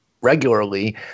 regularly